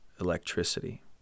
electricity